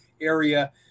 area